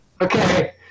Okay